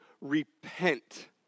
repent